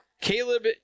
Caleb